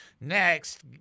Next